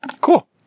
Cool